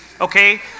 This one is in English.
okay